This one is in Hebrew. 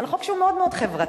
על חוק שהוא מאוד-מאוד חברתי,